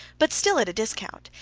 but still at a discount,